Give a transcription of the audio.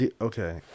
okay